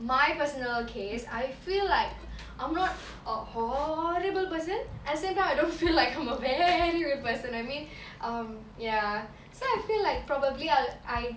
my personal case I feel like I'm not a horrible person and the same time I don't feel like I'm a very good person I mean um ya so I feel like probably I'll I